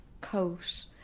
coat